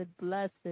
blessed